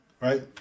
right